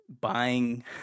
buying